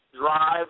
drive